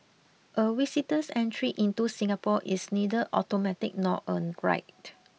a visitor's entry into Singapore is neither automatic nor a right